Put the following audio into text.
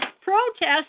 protest